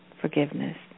forgiveness